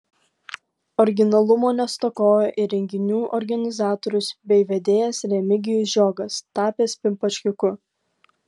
originalumo nestokojo ir renginių organizatorius bei vedėjas remigijus žiogas tapęs pimpačkiuku